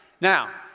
now